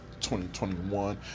2021